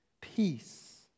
peace